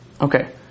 okay